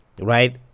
right